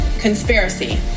Conspiracy